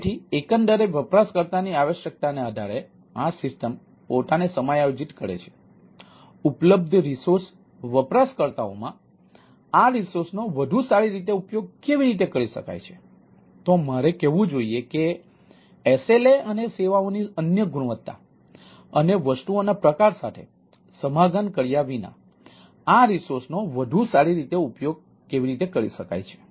તેથી એકંદરે વપરાશકર્તાની આવશ્યકતાના આધારે આ સિસ્ટમ પોતાને સમાયોજિત કરે છે ઉપલબ્ધ રિસોર્સ વપરાશકર્તાઓમાં આ રિસોર્સનો વધુ સારી રીતે ઉપયોગ કેવી રીતે કરી શકાય છે તો મારે કહેવું જોઈએ કે SLA અને સેવાઓની અન્ય ગુણવત્તા અને વસ્તુઓના પ્રકાર સાથે સમાધાન કર્યા વિના આ રિસોર્સનો વધુ સારી રીતે ઉપયોગ કેવી રીતે કરી શકાય છે